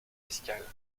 fiscales